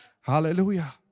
hallelujah